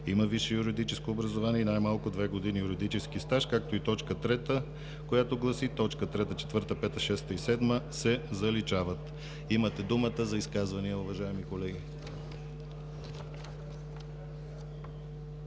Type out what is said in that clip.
има висше юридическо образование и най-малко две години юридически стаж.“ 3. Точки 3, 4, 5, 6 и 7 се заличават.“ Имате думата за изказвания, уважаеми колеги.